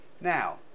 Now